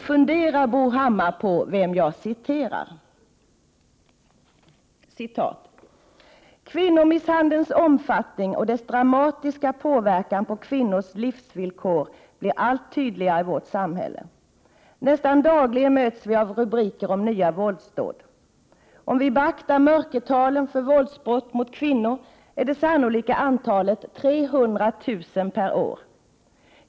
Fundera Bo Hammar på vem jag citerar: ”Kvinnomisshandelns omfattning och dess dramatiska påverkan på kvinnors livsvillkor blir allt tydligare i vårt samhälle. Nästan dagligen möts vi av rubriker om nya våldsdåd. Om vi beaktar mörkertalen för våldsbrott mot kvinnor är det sannolika antalet 300 000 brott per år.